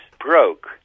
broke